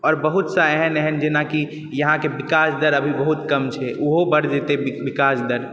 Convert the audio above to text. आओर बहुतसा एहन एहन जेनाकि यहाँके विकास दर अभी बहुत कम छै ओहो बढ़ जेतय विकास दर